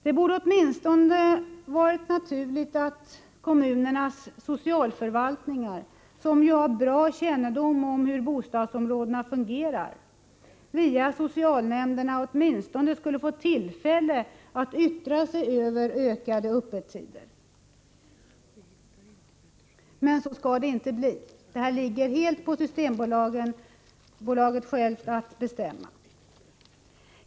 Det borde ha varit naturligt att åtminstone kommunernas socialförvaltningar, som ju har bra kännedom om hur bostadsområdena fungerar, via socialnämnderna fått tillfälle att yttra sig över förlängda öppettider. Men så skall det inte bli, utan Systembolaget får självt bestämma.